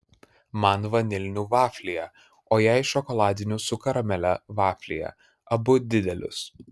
man vanilinių vaflyje o jai šokoladinių su karamele vaflyje abu didelius